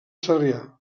sarrià